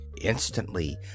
Instantly